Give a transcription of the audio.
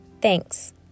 Thanks